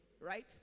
Right